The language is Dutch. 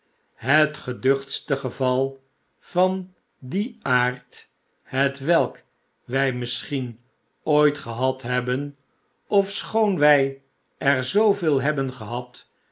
het geduchtste geval van dien aard hetwelk wij misschien ooit gehad hebben ofschoon wij er zooveel hebben gehad